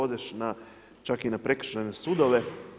Odeš čak i na prekršajne sudove.